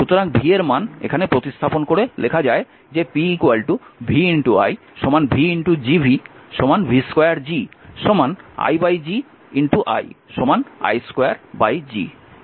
সুতরাং v এর মান এখানে প্রতিস্থাপন করে লেখা যায় যে p v i v v2 G i G i i2 G